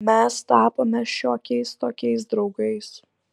mes tapome šiokiais tokiais draugais